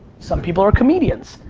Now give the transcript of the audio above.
some people are comedians,